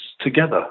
together